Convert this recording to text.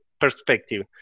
perspective